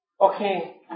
Okay